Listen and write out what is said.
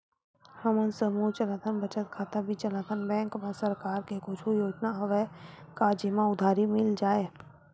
हमन समूह चलाथन बचत खाता भी चलाथन बैंक मा सरकार के कुछ योजना हवय का जेमा उधारी मिल जाय?